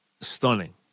stunning